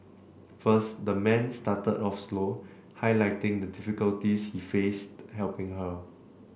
first the man started off slow highlighting the difficulties he faced helping her